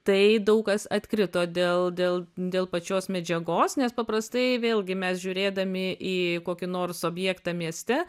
tai daug kas atkrito dėl dėl dėl pačios medžiagos nes paprastai vėlgi mes žiūrėdami į kokį nors objektą mieste